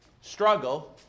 struggle